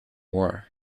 war